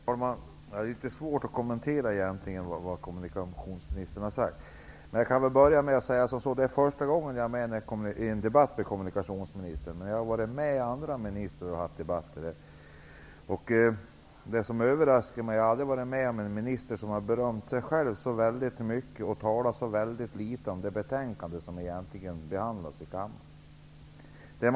Herr talman! Det är litet svårt att kommentera det som kommunikationsministern har sagt. Jag vill börja med att säga att det är första gången som jag deltar i en debatt med kommunikationsministern. Men jag har varit med i debatter med andra kommunikationsministrar. Och jag har aldrig varit med om att en minister har berömt sig själv så väldigt mycket och talat så väldigt litet om det betänkande som behandlas i kammaren.